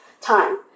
time